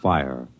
Fire